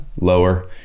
lower